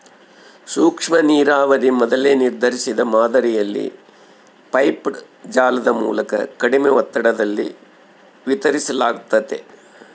ಸೂಕ್ಷ್ಮನೀರಾವರಿ ಮೊದಲೇ ನಿರ್ಧರಿಸಿದ ಮಾದರಿಯಲ್ಲಿ ಪೈಪ್ಡ್ ಜಾಲದ ಮೂಲಕ ಕಡಿಮೆ ಒತ್ತಡದಲ್ಲಿ ವಿತರಿಸಲಾಗ್ತತೆ